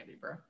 bro